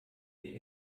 sie